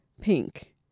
pink